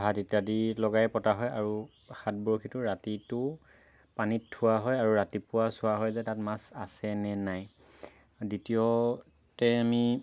ভাত ইত্যাদি লগাই পতা হয় আৰু হাত বৰশীটো ৰাতিটো পানীত থোৱা হয় আৰু ৰাতিপুৱা চোৱা হয় যে তাত মাছ আছে নে নাই দ্বিতীয়তে আমি